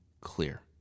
clear